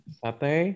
sate